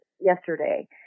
yesterday